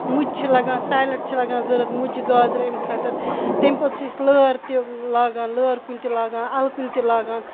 مُجہِ چھِ لَگان سیلڈ چھِ لَگان ضوٚرَتھ مُجہِ گازر امہِ خٲطرٕ تمہِ پوٚتُس چھِ أسۍ لٲر تہِ لاگان لٲر کُلۍ تہِ لاگان اَلہٕ کُلۍ تہِ لاگان